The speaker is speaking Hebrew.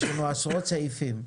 יש לנו עשרות סעיפים.